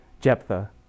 Jephthah